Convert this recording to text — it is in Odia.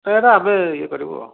ତ ହେଟା ଆମେ ଇଏ କରିବୁ ଆଉ